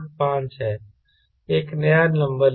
एक नया नंबर लें